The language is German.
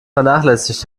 vernachlässigt